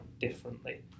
differently